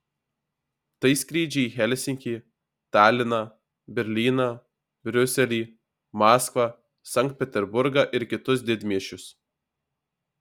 tai skrydžiai į helsinkį taliną berlyną briuselį maskvą sankt peterburgą ir kitus didmiesčius